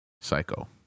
Psycho